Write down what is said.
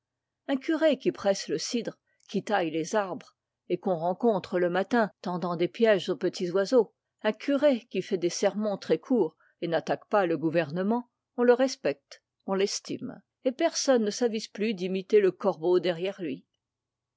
un curé qui presse le cidre qui taille les arbres et qu'on rencontre le matin tendant des pièges aux petits oiseaux un curé qui fait des sermons très courts et n'attaque pas le gouvernement on le respecte on l'estime et personne ne s'avise plus d'imiter le corbeau derrière lui